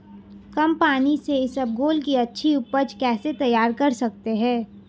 कम पानी से इसबगोल की अच्छी ऊपज कैसे तैयार कर सकते हैं?